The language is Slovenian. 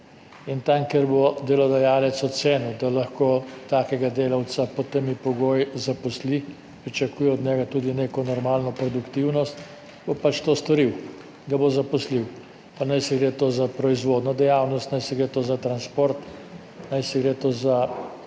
In tam, kjer bo delodajalec ocenil, da lahko zaposli takega delavca pod temi pogoji, pričakuje od njega tudi neko normalno produktivnost, bo to storil, ga bo zaposlil, pa naj gre za proizvodno dejavnost, naj gre za transport, naj gre za